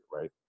right